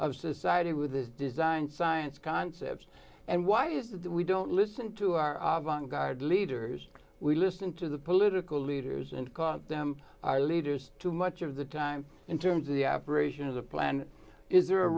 of society with his design science concepts and why is that we don't listen to our oblong guard leaders we listen to the political leaders and call them our leaders too much of the time in terms of the operation as a plan is there a